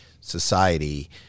society